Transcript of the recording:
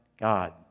God